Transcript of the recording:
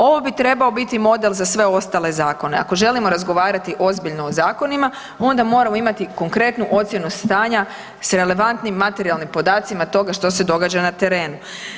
Ovo bi trebao biti model za sve ostale zakone, ako želimo razgovarati ozbiljno o zakonima onda moramo imati konkretnu ocjenu stanja s relevantnim materijalnim podacima toga što se događa na terenu.